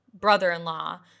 brother-in-law